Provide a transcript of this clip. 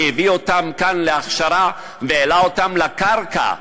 והביא אותם כאן להכשרה והעלה אותם לקרקע,